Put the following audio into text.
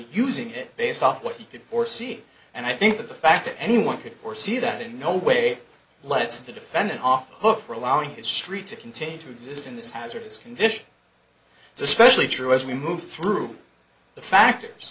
using it based off what you could foresee and i think the fact that anyone could foresee that in no way lets the defendant off the hook for allowing his street to continue to exist in this hazardous condition it's especially true as we move through the factors